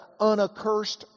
unaccursed